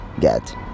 get